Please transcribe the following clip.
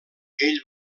ell